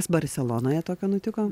kas barselonoje tokio nutiko